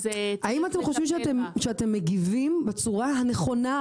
אז --- האם אתם חושבים שאתם מגיבים בצורה הנכונה,